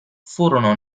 furono